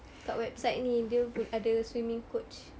kat website ni dia pu~ ada swimming coach